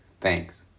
Thanks